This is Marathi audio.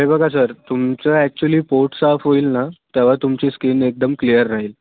हे बघा सर तुमचं ॲक्च्युली पोट साफ होईल ना तेव्हा तुमची स्किन एकदम क्लियर राहील